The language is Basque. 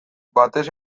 batez